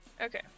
Okay